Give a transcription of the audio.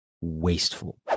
wasteful